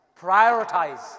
prioritize